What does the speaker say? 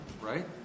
right